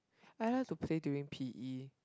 I like to play during P_E